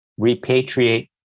repatriate